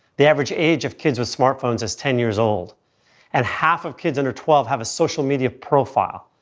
the average age of kids with smart phones is ten years old and half of kids under twelve have a social media profile.